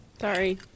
Sorry